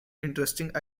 interesting